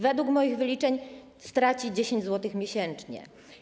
Według moich wyliczeń straci 10 zł miesięcznie.